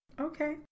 Okay